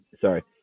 Sorry